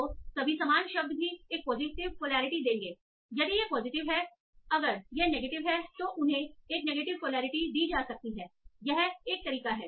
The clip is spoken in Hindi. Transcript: तो सभी समान शब्द भी एक पॉजिटिव पोलैरिटी देंगे यदि यह पॉजिटिव है अगर यह नेगेटिव है तो उन्हें एक नेगेटिव पोलैरिटी दी जा सकती है यह एक तरीका है